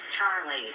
Charlie